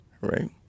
right